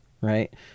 Right